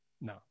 No